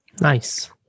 Nice